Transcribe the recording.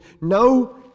no